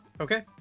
Okay